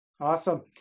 Awesome